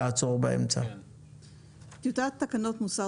עשור אבוד של מוסר